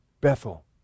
Bethel